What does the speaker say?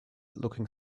looking